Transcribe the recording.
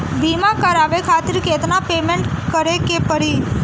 बीमा करावे खातिर केतना पेमेंट करे के पड़ी?